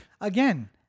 again